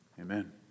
amen